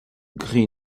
gris